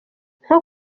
nko